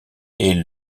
est